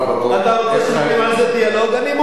אתה רוצה שנקיים על זה דיאלוג, אני מוכן.